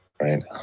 right